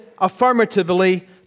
affirmatively